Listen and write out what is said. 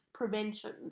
prevention